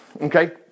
Okay